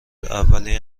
اولین